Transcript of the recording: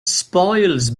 spoils